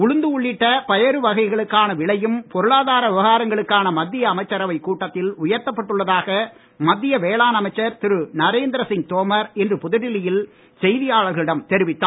உளுந்து உள்ளிட்ட பயறு வகைகளுக்கான விலையும் பொருளாதார விவகாரங்களுக்கான மத்திய அமைச்சரவைக் கூட்டத்தில் உயர்த்தப்பட்டுள்ளதாக மத்திய வேளாண் அமைச்சர் திரு நரேந்திரசிங் தோமார் இன்று புதுடெல்லியில் செய்தியாளர்களிடம் தெரிவித்தார்